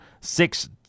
six